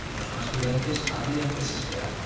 y los más prudentes habrían desesperado